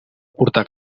portar